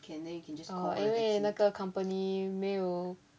uh 因为那个 company 没有